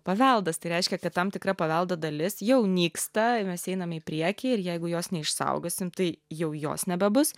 paveldas tai reiškia kad tam tikra paveldo dalis jau nyksta mes einame į priekį ir jeigu jos neišsaugosim tai jau jos nebebus